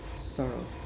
sorrow